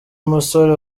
musore